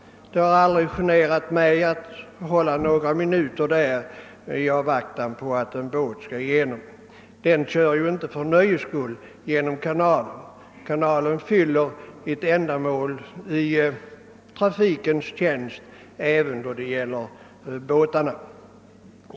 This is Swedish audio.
Det har aldrig generat mig att stanna några minuter där i avvaktan på att en båt skall igenom. Den kör ju inte för nöjes skull genom kanalen. Kanalen fyller ett ändamål i trafikens tjänst även för båtarna.